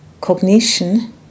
cognition